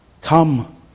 Come